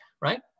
right